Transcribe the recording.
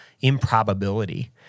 improbability